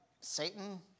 Satan